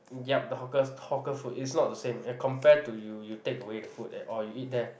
yup the hawker's hawker food is not the same as compared to you you take away the food and or you eat there